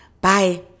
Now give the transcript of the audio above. Bye